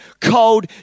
cold